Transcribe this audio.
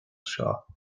seo